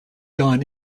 gone